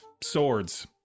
swords